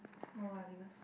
no lah they don't se~